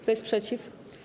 Kto jest przeciw?